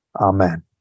Amen